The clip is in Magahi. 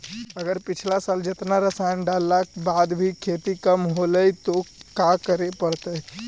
अगर पिछला साल जेतना रासायन डालेला बाद भी खेती कम होलइ तो का करे पड़तई?